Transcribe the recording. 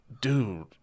Dude